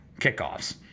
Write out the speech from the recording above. kickoffs